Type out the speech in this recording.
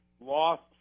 lost